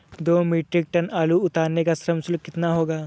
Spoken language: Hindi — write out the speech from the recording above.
दो मीट्रिक टन आलू उतारने का श्रम शुल्क कितना होगा?